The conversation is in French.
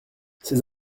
ces